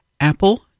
Apple